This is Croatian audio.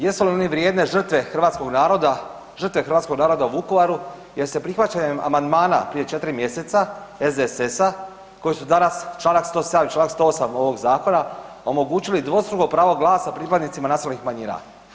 Jesu li one vrijedne žrtve hrvatskog naroda, žrtve hrvatskog naroda u Vukovaru jer se prihvaćanjem amandmana prije 4 mjeseca SDSS-a koji su danas Članak 107. i Članak 108. ovog zakona omogućili dvostruko pravo glasa pripadnicima nacionalnih manjina.